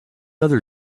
other